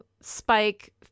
Spike